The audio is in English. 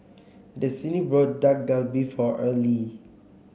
Destini bought Dak Galbi for Earlie